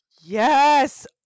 Yes